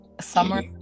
summer